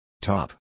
Top